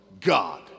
God